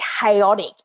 chaotic